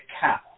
Cow